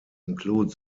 include